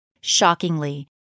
Shockingly